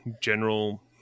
general